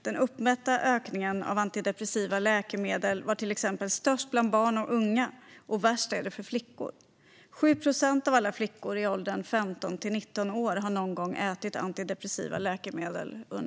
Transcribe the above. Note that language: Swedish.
Den uppmätta ökningen av antidepressiva läkemedel är till exempel störst bland barn och unga. Och värst är det för flickor. Av alla flickor i åldern 15-19 år har 7 procent någon gång under 2018 ätit antidepressiva läkemedel.